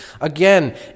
again